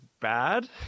bad